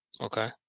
Okay